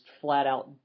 flat-out